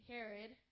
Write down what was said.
Herod